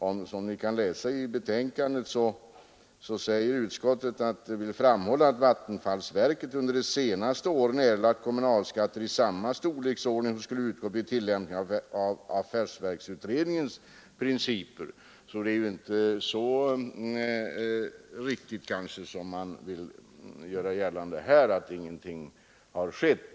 Och 31 oktober 1973 som ni kan läsa i betänkandet, framhåller utskottet att vattenfallsverket under de senaste åren erlagt kommunalskatter i samma storleksordning Sänkning så 8araM som skulle utgått vid tillämpning av affärsverksutredningens principer. j tibeskattningen er Det är alltså inte riktigt när det görs gällande att ingenting har skett.